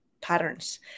patterns